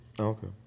Okay